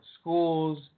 schools